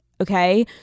okay